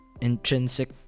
intrinsic